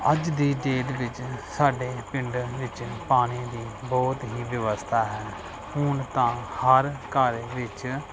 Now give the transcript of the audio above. ਅੱਜ ਦੀ ਡੇਟ ਵਿੱਚ ਸਾਡੇ ਪਿੰਡ ਵਿੱਚ ਪਾਣੀ ਦੀ ਬਹੁਤ ਹੀ ਵਿਵਸਥਾ ਹੈ ਹੁਣ ਤਾਂ ਹਰ ਘਰ ਵਿੱਚ